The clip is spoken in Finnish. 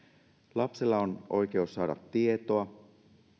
lapsella on oikeus saada tietoa